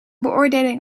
beoordeling